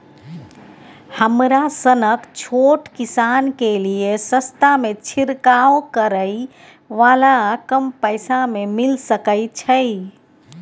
हमरा सनक छोट किसान के लिए सस्ता में छिरकाव करै वाला कम पैसा में मिल सकै छै?